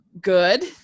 good